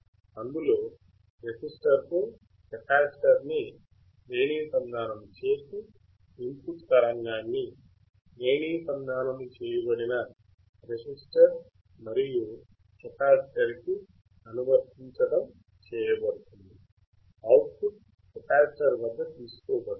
అందులో రెసిస్టర్తో కెపాసిటర్ ని శ్రేణీ సంధానము చేసి ఇన్ పుట్ తరంగాన్ని శ్రేణీ సంధానము చేయబడిన రెసిస్టర్ మరియు కెపాసిటర్ కి అనువర్తితం చేయబడుతుంది అవుట్ పుట్ కెపాసిటర్ వద్ద తీసుకోబడుతుంది